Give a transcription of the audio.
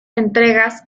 entregas